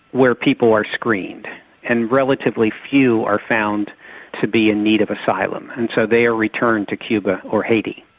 where people are screened and relatively few are found to be in need of asylum. and so they are returned to cuba or haiti.